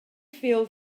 feel